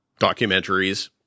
documentaries